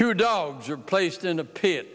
two dogs are placed in a p